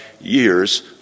years